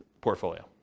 portfolio